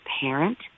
parent